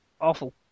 Awful